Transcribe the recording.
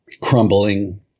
crumbling